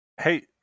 Hey